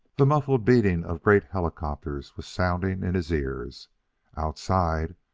the muffled beating of great helicopters was sounding in his ears outside,